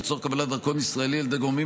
לצורך קבלת דרכון ישראלי על ידי גורמים